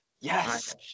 Yes